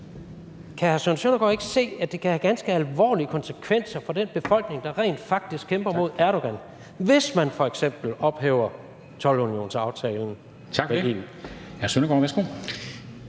Søren Søndergaard ikke se, at det kan have ganske alvorlige konsekvenser for den befolkning, der rent faktisk kæmper mod Erdogan, hvis man f.eks. ophæver toldunionsaftalen? Kl.